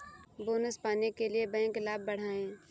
bonus पाने के लिए बैंक लाभ बढ़ाएं